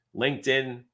LinkedIn